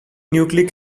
nucleic